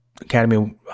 Academy